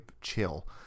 chill